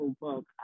book